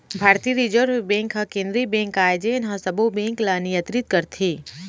भारतीय reserve bank ह केंद्रीय बेंक आय जेन ह सबो बेंक ल नियतरित करथे